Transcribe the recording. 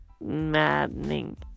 maddening